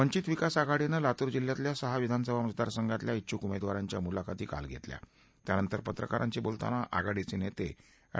वंचित विकास आघाडीनं लातूर जिल्ह्यातल्या सहा विधानसभा मतदारसंघातल्या डिछुक उमेदवारांच्या मुलाखती काल घेतल्या त्यानंतर पत्रकारांशी बोलताना आघाडीचे नेते अँड